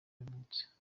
yavutse